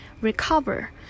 recover